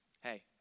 Hey